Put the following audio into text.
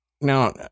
now